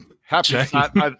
Happy